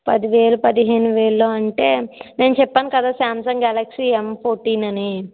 పది వేలు పదిహేను వేల్లో అంటే నేను చెప్పాను కదా సామ్సంగ్ గెలాక్సీ ఎం ఫోర్టీన్ అని